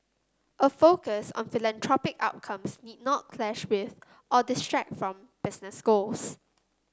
a focus on philanthropic outcomes need not clash with or distract from business goals